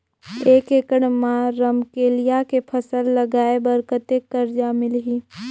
एक एकड़ मा रमकेलिया के फसल लगाय बार कतेक कर्जा मिलही?